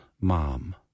mom